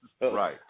Right